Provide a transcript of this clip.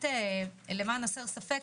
למען הסר ספק,